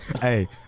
Hey